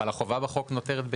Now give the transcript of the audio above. אבל החובה בחוק נותרת בעינה.